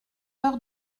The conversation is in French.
peur